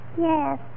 Yes